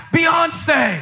Beyonce